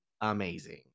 amazing